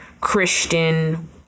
Christian